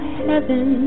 heaven